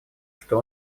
что